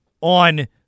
on